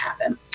happen